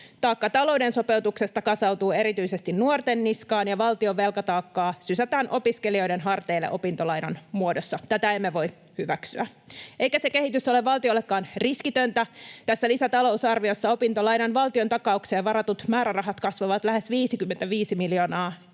Taakka talouden sopeutuksesta kasautuu erityisesti nuorten niskaan, ja valtion velkataakkaa sysätään opiskelijoiden harteille opintolainan muodossa. Tätä emme voi hyväksyä, eikä se kehitys ole valtiollekaan riskitöntä. Tässä lisätalousarviossa opintolainan valtiontakaukseen varatut määrärahat kasvavat lähes 55 miljoonaa